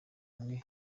bamwe